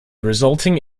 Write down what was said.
resulting